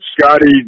Scotty